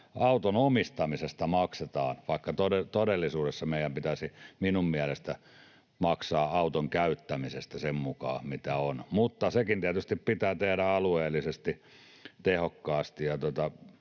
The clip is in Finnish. auton omistamisesta, vaikka todellisuudessa meidän pitäisi minun mielestäni maksaa auton käyttämisestä sen mukaan, mitä on. Mutta sekin tietysti pitää tehdä alueellisesti tehokkaasti,